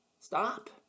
Stop